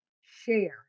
share